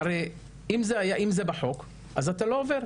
הרי אם זה בחוק אז אתה לא עובר.